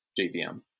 JVM